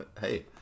Hey